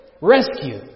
rescue